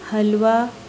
halwa